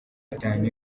cyane